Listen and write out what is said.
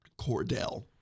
cordell